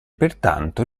pertanto